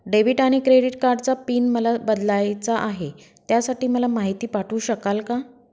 Debit आणि credit कार्डचा PIN मला बदलायचा आहे, त्यासाठी मला माहिती पाठवू शकाल का?